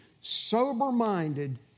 sober-minded